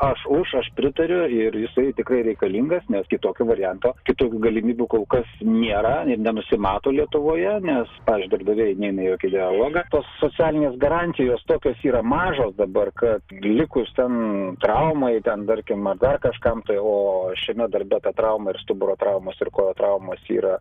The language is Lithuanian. aš už aš pritariu ir jisai tikrai reikalingas nes kitokio varianto kitokių galimybių kol kas nėra ir nenusimato lietuvoje nes pavyzdžiui darbdaviai neina į jokį dialogą tos socialinės garantijos tokios yra mažos dabar kad likus ten traumai ten tarkim ar dar kažkam tai o šiame darbe ta trauma ar stuburo traumos ir kojų traumos yra